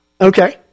Okay